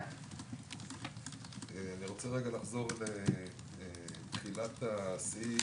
אני רוצה לחזור לתחילת הסעיף,